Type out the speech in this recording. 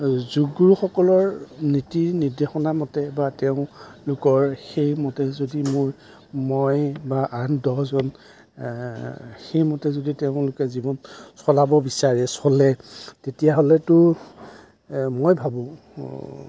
যোগগুৰুসকলৰ নীতি নিৰ্দেশনা মতে বা তেওঁলোকৰ সেইমতে যদি মোৰ মই বা আন দহজন সেইমতে যদি তেওঁলোকে জীৱন চলাব বিচাৰে চলে তেতিয়াহ'লেতো মই ভাবোঁ